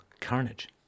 carnage